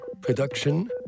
Production